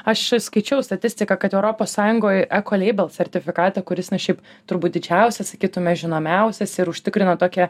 aš skaičiau statistiką kad europos sąjungoj ekoleibl sertifikatą kuris na šiaip turbūt didžiausias sakytume žinomiausias ir užtikrina tokią